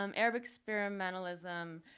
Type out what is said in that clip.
um arab experimentalism